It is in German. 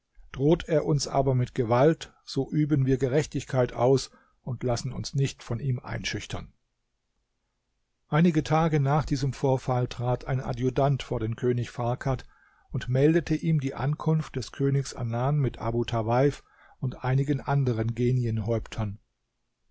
droht er uns aber mit gewalt so üben wir gerechtigkeit aus und lassen uns nicht von ihm einschüchtern einige tage nach diesem vorfall trat ein adjutant vor den könig farkad und meldete ihm die ankunft des königs anan mit abu tawaif und einigen anderen